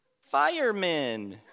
Firemen